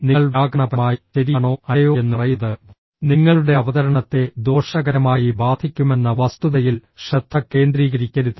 നിങ്ങൾ വ്യാകരണപരമായി ശരിയാണോ അല്ലയോ എന്ന് പറയുന്നത് നിങ്ങളുടെ അവതരണത്തെ ദോഷകരമായി ബാധിക്കുമെന്ന വസ്തുതയിൽ ശ്രദ്ധ കേന്ദ്രീകരിക്കരുത്